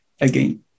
again